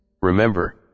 Remember